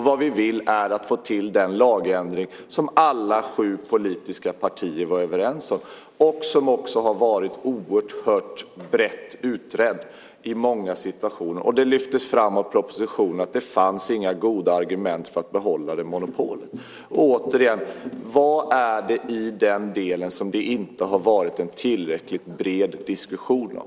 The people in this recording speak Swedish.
Vad vi vill är att få till stånd den lagändring som alla sju politiska partier var överens om och som också har varit oerhört brett utredd i många situationer. Det lyftes fram i propositionen att det inte fanns några goda argument för att behålla monopolen. Återigen: Vad är det i den delen som det inte har varit en tillräckligt bred diskussion om?